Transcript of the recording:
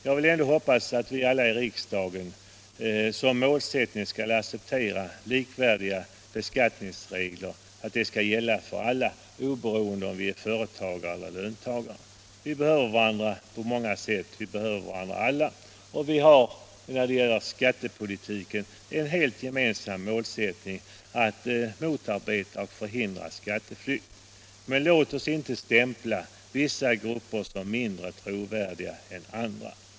Jag vill ändå hoppas att vi alla i riksdagen — Nr 82 som målsättning skall acceptera att likvärdiga beskattningsregler skall gälla för alla, oberoende av om vi är företagare eller löntagare. Vi behöver varandra på många sätt, vi behöver varandra alla. Vi har när det gäller skattepolitiken ett gemensamt mål, nämligen att motarbeta och förhindra — Finansdebatt skatteflykt. Men låt oss inte stämpla vissa grupper som mindre trovärdiga än andra.